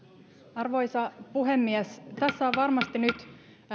arvoisa puhemies tässä on varmasti nyt